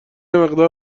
مقدار